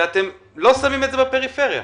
ואתם לא שמים את זה בפריפריה.